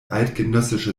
eidgenössische